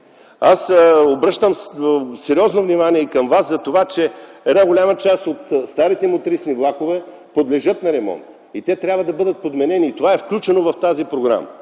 Обръщам сериозно внимание на това, че голяма част от старите мотриси и влакове подлежат на ремонт. Те трябва да бъдат подменени и това е включено в тази програма.